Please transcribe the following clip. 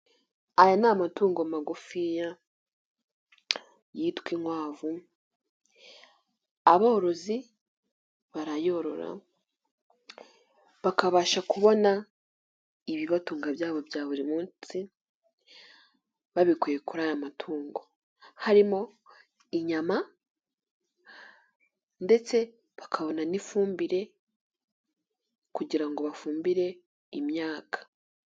Amatungo magufi yitwa inkwavu aborozi barayorora bakabasha kubona ibibatunga byabo bya buri munsi babikuye kuri aya matungo harimo inyama ndetse bakabona n'ifumbire kugira ngo bafumbire imyaka.